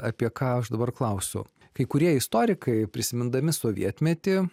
apie ką aš dabar klausiu kai kurie istorikai prisimindami sovietmetį